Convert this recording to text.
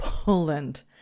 Poland